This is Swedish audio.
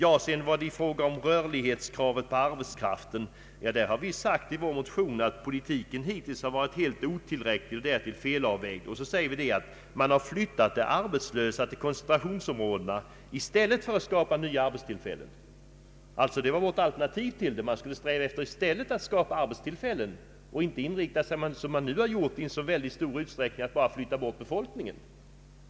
Beträffande frågan om rörlighetskravet för arbetskraften har vi sagt i vår motion att politiken hittills varit otillräcklig och felavvägd. Sedan säger vi att man har flyttat de arbetslösa till koncentrationsområdena i stället för att skapa nya arbetstillfällen. Det var alltså vårt alternativ. Man skulle i stället sträva efter att skapa arbetstillfällen, och inte som nu skett inrikta sig på att bara flytta bort befolkningen.